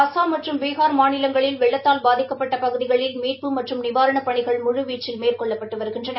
அஸ்ஸாம் மற்றும் பீகார் மாநிலங்களில் வெள்ளத்தால் பாதிக்கப்பட்ட பகுதிகளில் மீட்பு மற்றும் நிவாரணப் பணிகள் முழுவீச்சில் மேற்கொள்ளப்பட்டு வருகின்றன